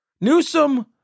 Newsom